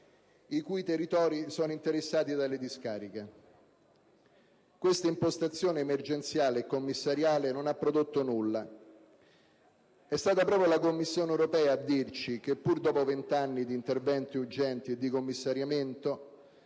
i cui territori sono interessati dalle discariche. Questa impostazione emergenziale e commissariale non ha prodotto nulla. È stata proprio la Commissione europea a dirci che pur dopo venti anni di interventi urgenti e di commissariamento